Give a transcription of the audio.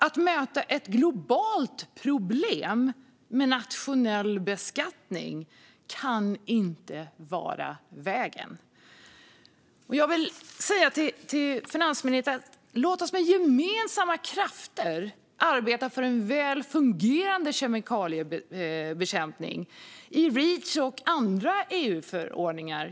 Att möta ett globalt problem med nationell beskattning kan inte vara vägen. Jag vill säga detta till finansministern: Låt oss med gemensamma krafter arbeta för en väl fungerande kemikaliebekämpning i Reach och andra EU-förordningar.